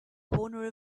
corner